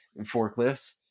Forklifts